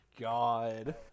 God